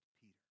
Peter